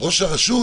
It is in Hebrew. ראש הרשות